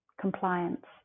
compliance